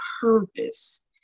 purpose